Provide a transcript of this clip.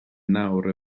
nawr